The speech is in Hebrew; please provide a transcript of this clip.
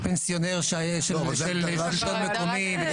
או שהוא פנסיונר של שלטון מקומי.